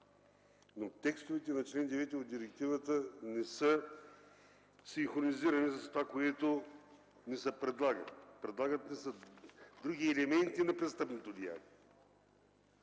но текстовете на чл. 9 от директивата не са синхронизирани с това, което ни се предлага. Предлагат ни се други елементи на престъпното деяние.